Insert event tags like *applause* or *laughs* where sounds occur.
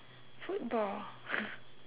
football *laughs*